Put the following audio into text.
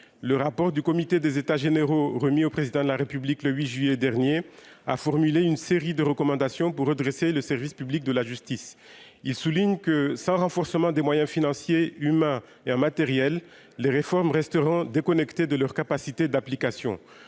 le rapport du comité des états généraux, remis au président de la République le 8 juillet dernier a formulé une série de recommandations pour redresser le service public de la justice, il souligne que, renforcement des moyens financiers, humains et en matériel, les réformes resteront déconnectés de leur capacité d'application